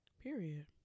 Period